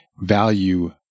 value